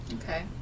Okay